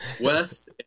west